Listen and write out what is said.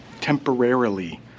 temporarily